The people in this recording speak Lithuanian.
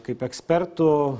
kaip ekspertų